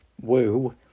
Woo